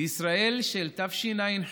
בישראל של תשע"ח